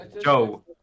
Joe